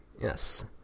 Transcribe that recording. Yes